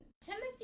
Timothy